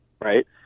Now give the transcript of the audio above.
right